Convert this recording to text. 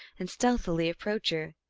and stealthily approach her.